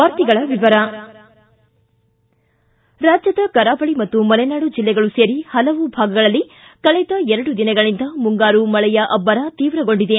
ವಾರ್ತೆಗಳ ವಿವರ ರಾಜ್ಞದ ಕರಾವಳಿ ಮತ್ತು ಮಲೆನಾಡು ಜಿಲ್ಲೆಗಳು ಸೇರಿ ಪಲವು ಭಾಗಗಳಲ್ಲಿ ಕಳೆದ ಎರಡು ದಿನಗಳಿಂದ ಮುಂಗಾರು ಮಳೆಯ ಅಭ್ವರ ತೀವ್ರಗೊಂಡಿದೆ